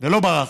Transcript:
ולא ברחתי,